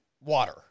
water